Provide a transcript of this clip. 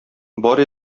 бар